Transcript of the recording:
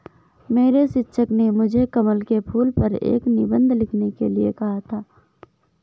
मेरे शिक्षक ने मुझे कमल के फूल पर एक निबंध लिखने के लिए कहा था